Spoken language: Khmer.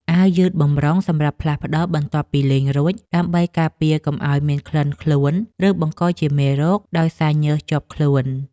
អាវយឺតបម្រុងសម្រាប់ផ្លាស់ប្ដូរបន្ទាប់ពីលេងរួច ដើម្បីការពារកុំឱ្យមានក្លិនខ្លួន ឬបង្កជាមេរោគដោយសារញើសជាប់ខ្លួន។